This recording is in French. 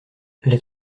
les